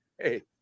hey